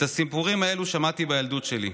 את הסיפורים האלה שמעתי בילדות שלי.